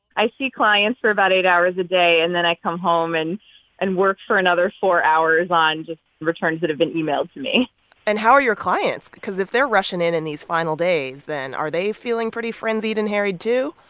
i see clients for about eight hours a day, and then i come home and and work for another four hours on just returns that have been emailed to me and how are your clients? because if they're rushing in in these final days, then are they feeling pretty frenzied and harried too?